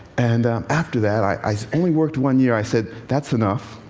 and after that i only worked one year i said, that's enough.